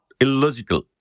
illogical